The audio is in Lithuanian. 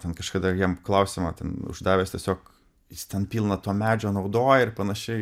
ten kažkada jiem klausimą ten uždavęs tiesiog jis ten pilna to medžio naudoja ir panašiai